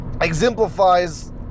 exemplifies